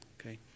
Okay